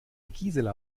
gisela